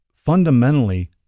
Fundamentally